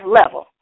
level